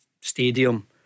stadium